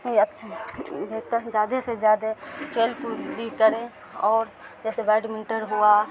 یہ اچھا ہے بہتر زیادہ سے زیادہ کھیل کود بھی کریں اور جیسے بیڈمنٹن ہوا